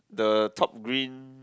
the top green